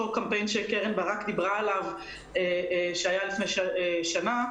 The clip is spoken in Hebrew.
אותו קמפיין שקרן ברק דיברה עליו שהיה לפני שנה,